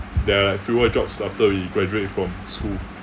there are fewer jobs after we graduate from school